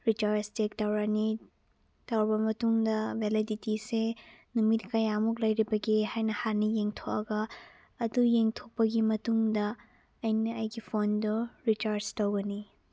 recharge check ꯇꯧꯔꯅꯤ ꯇꯧꯔꯕ ꯃꯇꯨꯡꯗ ꯕꯦꯂꯤꯗꯤꯇꯤꯁꯦ ꯅꯨꯃꯤꯠ ꯀꯌꯥꯃꯨꯛ ꯂꯩꯔꯤꯕꯒꯦ ꯍꯥꯏꯅ ꯍꯥꯟꯅ ꯌꯦꯡꯊꯣꯛꯂꯒ ꯑꯗꯨ ꯌꯦꯡꯊꯣꯛꯄꯒꯤ ꯃꯇꯨꯡꯗ ꯑꯩꯅ ꯑꯩꯒꯤ ꯐꯣꯟꯗꯣ ꯔꯤꯆꯥꯔꯖ ꯇꯧꯒꯅꯤ